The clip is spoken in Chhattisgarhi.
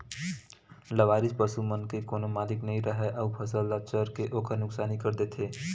लवारिस पसू मन के कोनो मालिक नइ राहय अउ फसल ल चर के ओखर नुकसानी कर देथे